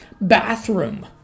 bathroom